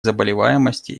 заболеваемости